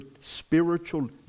spiritual